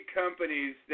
companies